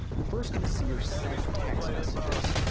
you're first gonna see your sent text messages.